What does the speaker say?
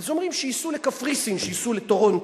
אז אומרים: שייסעו לקפריסין, שייסעו לטורונטו.